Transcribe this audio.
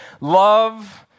love